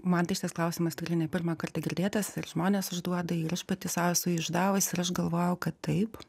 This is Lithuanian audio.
man tai šitas klausimas tikrai ne pirmą kartą girdėtas ir žmonės užduoda ir aš pati sau esu jį uždavusi ir aš galvojau kad taip